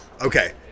okay